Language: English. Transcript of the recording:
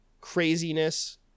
craziness